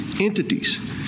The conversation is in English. entities